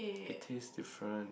it tastes different